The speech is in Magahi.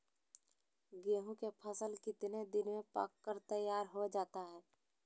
गेंहू के फसल कितने दिन में पक कर तैयार हो जाता है